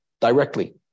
directly